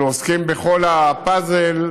אנחנו עוסקים בכל הפאזל,